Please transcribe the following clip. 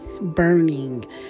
burning